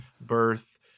birth